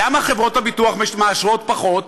למה חברות הביטוח מאשרות פחות?